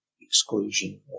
exclusion